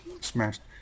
smashed